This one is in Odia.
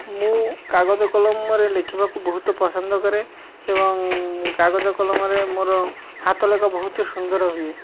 ମୁଁ କାଗଜ କଲମରେ ଲେଖିବାକୁ ବହୁତ ପସନ୍ଦ କରେ ଏବଂ କାଗଜ କଲମରେ ମୋର ହାତ ଲେଖା ବହୁତ ସୁନ୍ଦର ହୁଏ